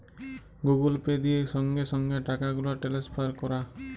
Google pay দিয়ে সংগে সংগে টাকাগুলা টেলেসফার ক্যরা